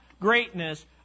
greatness